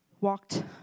Walked